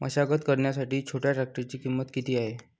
मशागत करण्यासाठी छोट्या ट्रॅक्टरची किंमत किती आहे?